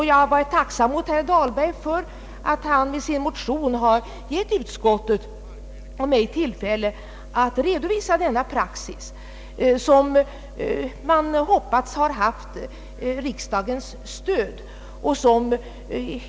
Jag har varit tacksamt mot herr Dahlberg för att han med sin motion givit utskottet och mig tillfälle att redovisa rådande praxis, som man hoppats har haft riksdagens stöd.